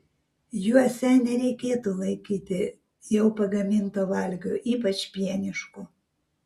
juose nereikėtų laikyti jau pagaminto valgio ypač pieniško